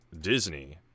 Disney